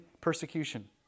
persecution